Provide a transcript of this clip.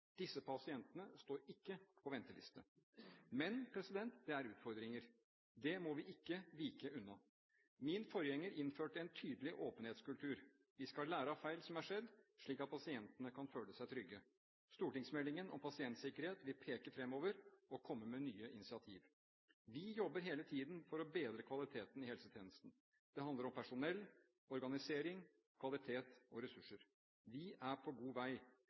Disse pasientene står ikke på venteliste. Men det er utfordringer. Det må vi ikke vike unna. Min forgjenger innførte en tydelig åpenhetskultur. Vi skal lære av feil som er skjedd, slik at pasientene kan føle seg trygge. Stortingsmeldingen om pasientsikkerhet vil peke fremover og komme med nye initiativ. Vi jobber hele tiden for å bedre kvaliteten i helsetjenesten. Det handler om personell, organisering, kvalitet og ressurser. Vi er på god vei.